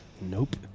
Nope